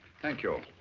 thank you.